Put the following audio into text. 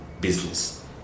business